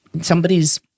somebody's